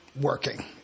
working